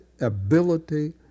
ability